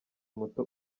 muto